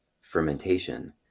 fermentation